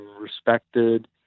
respected